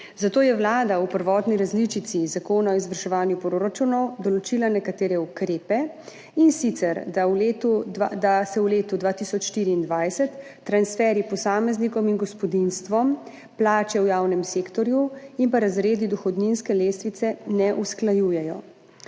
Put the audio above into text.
zato je Vlada v prvotni različici zakona o izvrševanju proračunov določila nekatere ukrepe, in sicer da se v letu 2024 transferji posameznikom in gospodinjstvom, plače v javnem sektorju in razredi dohodninske lestvice ne usklajujejo.